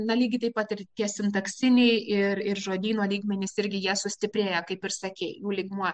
na lygiai taip pat ir tie sintaksiniai ir ir žodyno lygmenys irgi jie sustiprėja kaip ir sakei jų lygmuo